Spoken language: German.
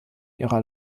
ihrer